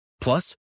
Plus